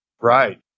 Right